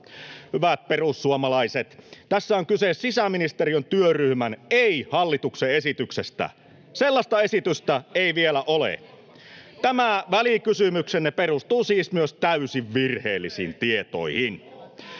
Hyvät perussuomalaiset: tässä on kyse sisäministeriön työryhmän, ei hallituksen, esityksestä. Sellaista esitystä ei vielä ole. Tämä välikysymyksenne perustuu siis myös täysin virheellisiin tietoihin.